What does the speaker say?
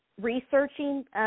researching